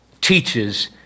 teaches